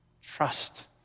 Trust